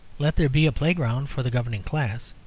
let there be a playground for the governing class.